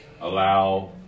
allow